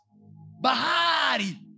Bahari